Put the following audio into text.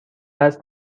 است